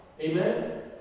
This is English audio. Amen